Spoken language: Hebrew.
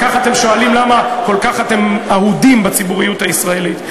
אחר כך אתם שואלים למה אתם כל כך אהודים בציבוריות הישראלית.